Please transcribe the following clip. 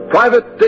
Private